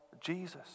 Jesus